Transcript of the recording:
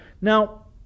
Now